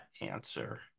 answer